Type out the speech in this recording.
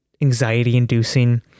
anxiety-inducing